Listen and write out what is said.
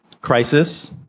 Crisis